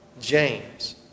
James